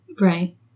Right